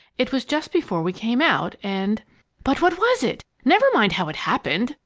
it was just before we came out. and but what was it? never mind how it happened!